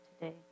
today